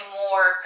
more